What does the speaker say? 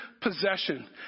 possession